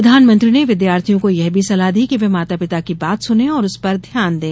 प्रधानमंत्री ने विद्यार्थियों को यह भी सलाह दी कि वे माता पिता की बात सुने और उस पर ध्यान दें